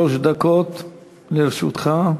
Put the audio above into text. שלוש דקות לרשותך.